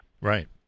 right